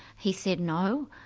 he said, no.